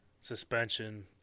suspension